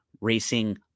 racing